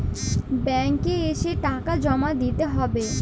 Bank এ এসে টাকা জমা দিতে হবে?